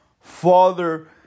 Father